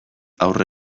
aurre